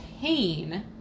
pain